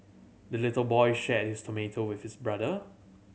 the little boy shared his tomato with his brother